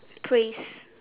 phrase